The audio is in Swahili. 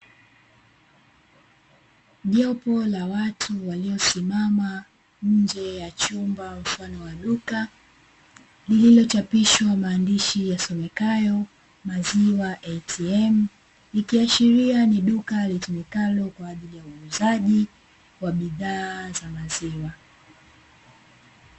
Jopo la watu waliosimama nje ya chumba mfano wa duka lililochapishwa maandishi yasomekayo "MAZIWA ATM" likiashiria ni duka litumikalo kwa ajili ya huuzaji wa bidhaa za maziwa.